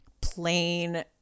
plain